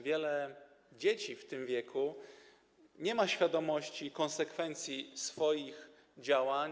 Wiele dzieci w tym wieku nie ma świadomości konsekwencji swoich działań.